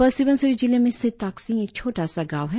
अपर सुबनसिरी जिले में स्थित ताकसिंग एक छोटा सा गांव है